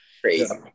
crazy